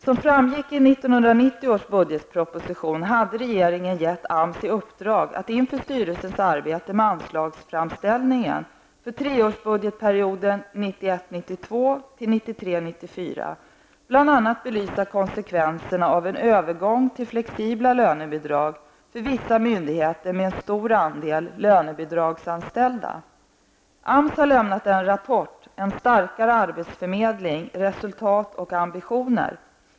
Som framgick i 1990 års budgetproposition hade regeringen gett AMS i uppdrag att inför styrelsens arbete med anslagsframställningen för treårsbudgetperioden 1991 94 bl.a. belysa konsekvenserna av en övergång till flexibla lönebidrag för vissa myndigheter med en stor andel lönebidragsanställda. AMS har lämnat en rapport ''En starkare arbetsförmedling -- Resultat och ambitioner.''